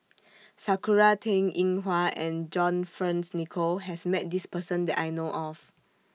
Sakura Teng Ying Hua and John Fearns Nicoll has Met This Person that I know of